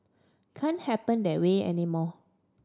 can happen that way anymore